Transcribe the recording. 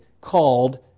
called